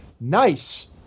Nice